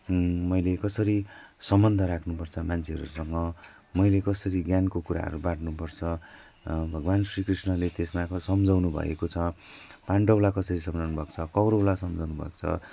मैले कसरी सम्बन्ध राख्नुपर्छ मान्छेहरूसँग मैले कसरी ज्ञानको कुराहरू बाँड्नुपर्छ भगवान् श्रीकृष्णले त्यसमा अब सम्झाउनुभएको छ पाण्डवलाई कसरी सम्झाउनुभएको छ कौरवलाई सम्झाउनुभएको छ